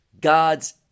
god's